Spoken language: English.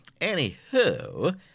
Anywho